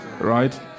right